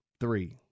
Three